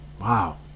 Wow